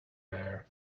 bear